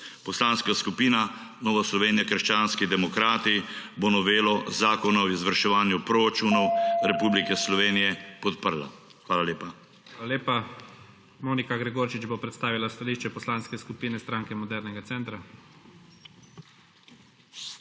Poslanka skupina Nova Slovenija - krščanski demokrati bo novelo Zakona o izvrševanju proračunov Republike Slovenije podprla. Hvala lepa. **PREDSEDNIK IGOR ZORČIČ:** Hvala lepa. Monika Gregorčič bo predstavila stališče Poslanske skupine Stranke modernega centra.